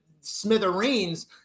smithereens